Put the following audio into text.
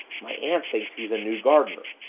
my aunt thinks he's a new gardener.